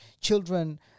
children